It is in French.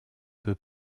peu